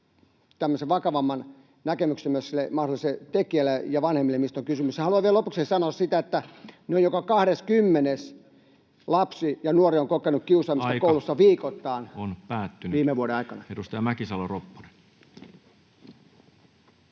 tämmöisen vakavamman näkemyksen myös sille mahdolliselle tekijälle ja vanhemmille, mistä on kysymys. Haluan vielä lopuksi sanoa, että noin joka kahdeskymmenes lapsi ja nuori on kokenut kiusaamista [Puhemies: Aika on päättynyt!] koulussa viikoittain viime vuoden